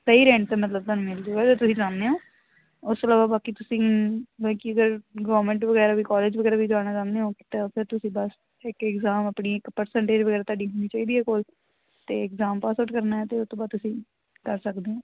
ਸਹੀ ਰੈਂਟ 'ਤੇ ਮਤਲਬ ਤੁਹਾਨੂੰ ਮਿਲ ਜੂਗਾ ਜੇ ਤੁਸੀਂ ਚਾਹੁੰਦੇ ਹੋ ਉਸ ਤੋਂ ਇਲਾਵਾ ਬਾਕੀ ਤੁਸੀਂ ਮਲ ਕਿ ਅਗਰ ਗੌਰਮੈਂਟ ਵਗੈਰਾ ਵੀ ਕੋਲਜ ਵਗੈਰਾ ਵੀ ਜਾਣਾ ਚਾਹੁੰਦੇ ਹੋ ਤਾਂ ਫਿਰ ਤੁਸੀਂ ਬਸ ਇੱਕ ਇਗਜਾਮ ਆਪਣੀ ਇੱਕ ਪ੍ਰਸੈਂਟੇਜ ਵਗੈਰਾ ਤੁਹਾਡੀ ਹੋਣੀ ਚਾਹੀਦੀ ਹੈ ਕੋਲ ਅਤੇ ਇਗਜਾਮ ਪਾਸ ਆਊਟ ਕਰਨਾ ਅਤੇ ਉਹ ਤੋਂ ਬਾਅਦ ਤੁਸੀਂ ਕਰ ਸਕਦੇ ਹੋ